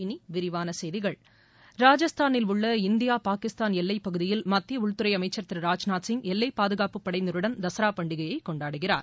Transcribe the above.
இனி விரிவான செய்திகள் ராஜஸ்தானில் உள்ள இந்தியா பாகிஸ்தான் எல்லைப் பகுதியில் மத்திய உள்துறை அமைச்சர் திரு ராஜ்நாத் சிங் எல்லைப் பாதுகாப்புப் படையினருடன் தசரா பண்டிகையை கொண்டாடுகிறார்